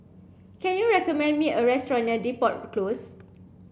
can you recommend me a restaurant near Depot Close